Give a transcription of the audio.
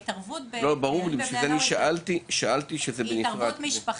ההתערבות בנושא בקרב בני נוער היא התערבות חינוכית ומשפחתית,